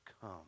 come